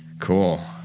Cool